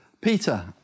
Peter